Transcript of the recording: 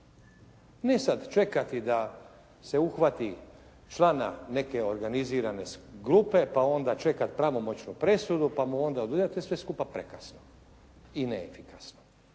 Ne sada čekati da se uhvati člana neke organizirane grupe, pa onda čekati pravomoćnu presudu, pa mu onda oduzeti, to je sve skupa prekasno i neefikasno.